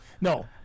No